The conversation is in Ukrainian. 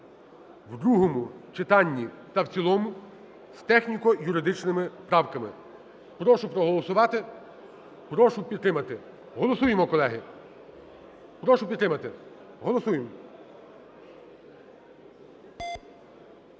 в другому читанні та в цілому з техніко-юридичними правками. Прошу проголосувати, прошу підтримати. Голосуємо, колеги. Прошу підтримати. Голосуємо.